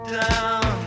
down